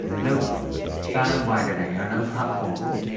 no bandwagoning, you know no platforms.